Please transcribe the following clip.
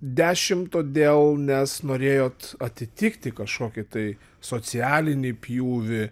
dešimt todėl nes norėjot atitikti kažkokį tai socialinį pjūvį